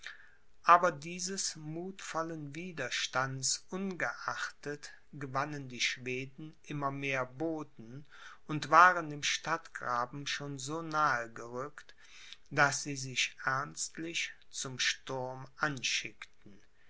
aber dieses muthvollen widerstands ungeachtet gewannen die schweden immer mehr boden und waren dem stadtgraben schon so nahe gerückt daß sie sich ernstlich zum sturm anschickten